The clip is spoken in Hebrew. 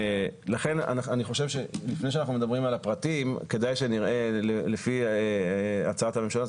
לכן אני חושב שלפני שאנחנו מדברים על פרטים כדאי שנראה לפי הצעת הממשלה,